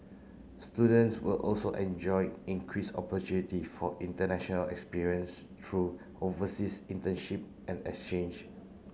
students will also enjoy increase opportunity for international experience through overseas internship and exchange